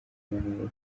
neza